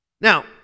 Now